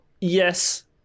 Yes